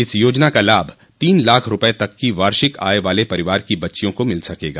इस योजना का लाभ तीन लाख रूपये तक की वार्षिक आय वाले परिवार की बच्चियों को मिल सकेगा